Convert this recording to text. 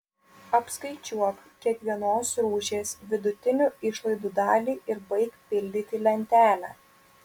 apskaičiuok kiekvienos rūšies vidutinių išlaidų dalį ir baik pildyti lentelę